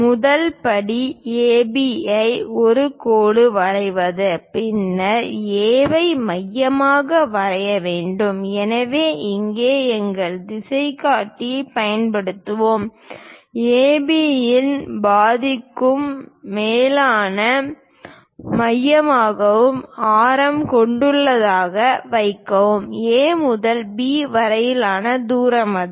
முதல் படி AB ஐ ஒரு கோடு வரைவது பின்னர் A ஐ மையமாக வரைய வேண்டும் எனவே இங்கே எங்கள் திசைகாட்டி பயன்படுத்துவோம் AB இன் பாதிக்கும் மேலான மையமாகவும் ஆரம் கொண்டதாகவும் வைக்கவும் A முதல் B வரையிலான தூரம் அது